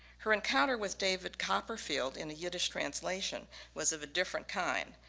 her encounter with david copperfield in the yiddish translation was of a different kind.